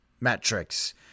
metrics